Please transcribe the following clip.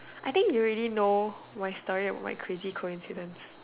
I think you already know my story about my crazy coincidence